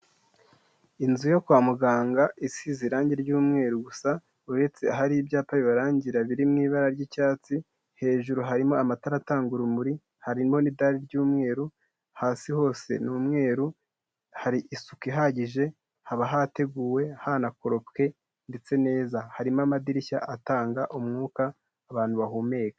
Inzu yo kwa muganga isize irangi ry'umweru gusa, uretse ahari ibyapa bibarangira biri mu ibara ry'icyatsi, hejuru harimo amatara atanga urumuri, harimo n'idari ry'umweru, hasi hose ni umweru, hari isuku ihagije, haba hateguwe hanakoropwe ndetse neza. Harimo amadirishya atanga umwuka abantu bahumeka.